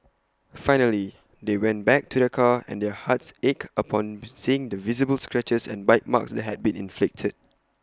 finally they went back to their car and their hearts ached upon seeing the visible scratches and bite marks that had been inflicted